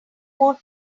more